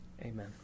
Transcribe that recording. Amen